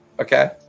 okay